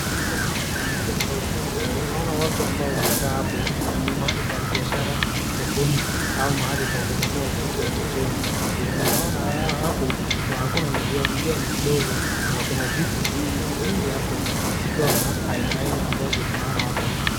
Hapo unaona kuna njia ndogo pahali. Naona watu ambao wanakaa hapo ni mahali pa biashara, sokoni au mahali pa kununua kitu ya utotoni. Vile naona hapo, hakuna njia, njia ni kidogo na kuna viti mingi hapo zikiwa na aina aina ambazo tunaona hapa.